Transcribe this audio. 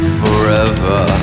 forever